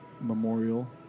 Memorial